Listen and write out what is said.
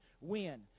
win